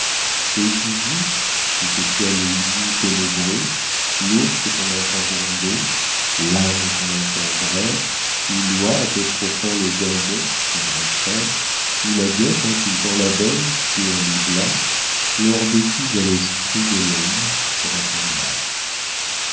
et toujours que ce soit le hibou ténébreux l'ours qu'on entend gronder l'âne qu'on entend braire ou l'oie apostrophant le dindon son grand frère ou la guêpe insultant l'abeille sur l'hybla leur bêtise à l'esprit de l'homme ressembla